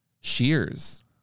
Shears